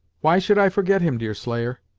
why should i forget him, deerslayer,